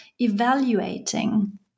evaluating